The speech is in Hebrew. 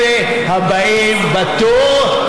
אלה הבאים בתור.